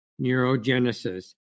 neurogenesis